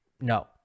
No